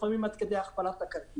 לפעמים עד כדי הכפלת הכרטיס.